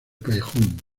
callejón